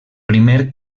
primer